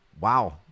wow